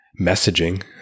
messaging